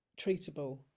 treatable